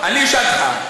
אשאל אותך: